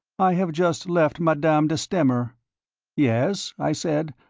i have just left madame de stamer yes? i said,